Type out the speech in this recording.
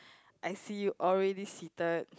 I see already seated